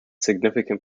significant